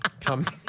come